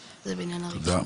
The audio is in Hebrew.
תודה.